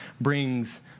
brings